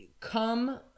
Come